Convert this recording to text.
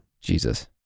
Jesus